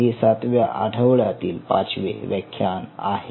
हे सातव्या आठवड्यातील पाचवे व्याख्यान आहे